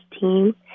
team